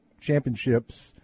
championships